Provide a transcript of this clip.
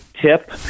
tip